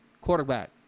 Quarterback